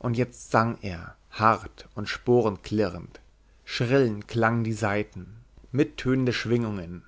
und jetzt sang er hart und sporenklirrend schrillend klangen die saiten mittönende schwingungen